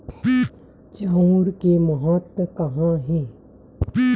चांउर के महत्व कहां हे?